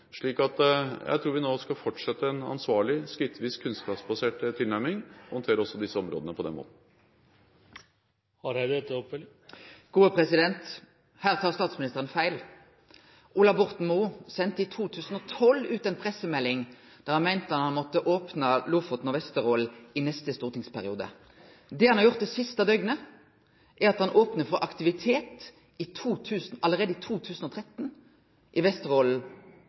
Jeg tror vi nå skal fortsette en ansvarlig, skrittvis og kunnskapsbasert tilnærming og håndtere også disse områdene på den måten. Her tar statsministeren feil. Ola Borten Moe sende i 2012 ut ei pressemelding der han meinte at ein måtte opne Lofoten og Vesterålen i neste stortingsperiode. Det han har gjort det siste døgnet, er at han opnar for aktivitet allereie i 2013 i Vesterålen